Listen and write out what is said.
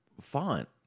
font